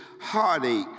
heartache